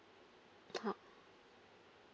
how